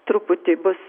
truputį bus